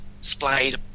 splayed